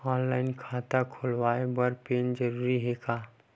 Online खाता खुलवाय बर पैन जरूरी हे का?